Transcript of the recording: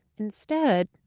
instead,